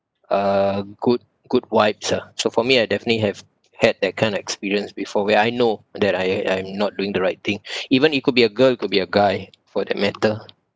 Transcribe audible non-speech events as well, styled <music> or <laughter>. uh good good vibes ah so for me I definitely have had that kind of experience before where I know that I I'm not doing the right thing <breath> even it could be a girl could be a guy for that matter